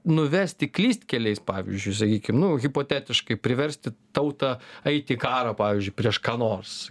nuvesti klystkeliais pavyzdžiui sakykim nu hipotetiškai priversti tautą eit į karą pavyzdžiui prieš ką nors